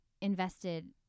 invested